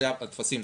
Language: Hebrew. אלה הטפסים,